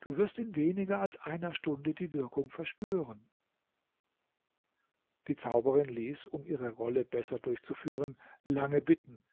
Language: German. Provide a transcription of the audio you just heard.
du wirst in weniger als einer stunde die wirkung verspüren die zauberin ließ sich um ihre rolle besser durchzuführen lange bitten